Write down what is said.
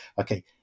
Okay